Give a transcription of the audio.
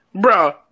bro